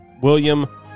William